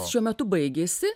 šiuo metu baigėsi